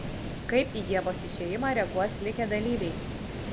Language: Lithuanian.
kaip į ievos išėjimą reaguos likę dalyviai